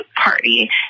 party